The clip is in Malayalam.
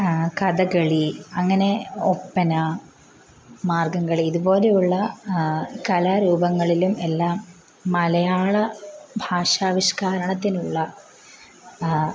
കഥകളി അങ്ങനെ ഒപ്പന മാർഗ്ഗം കളി ഇതുപോലെയുള്ള കലാരൂപങ്ങളിലും എല്ലാം മലയാള ഭാഷാവിഷ്ക്കാരണത്തിനുള്ള